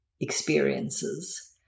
experiences